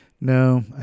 No